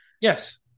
Yes